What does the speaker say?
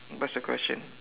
what's the question